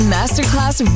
Masterclass